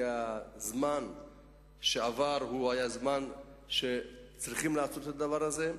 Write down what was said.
כי עבר זמן והיו צריכים לעשות את הדבר הזה.